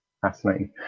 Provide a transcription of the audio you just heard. fascinating